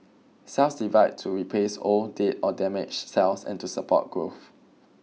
cells divide to replace old dead or damaged cells and to support growth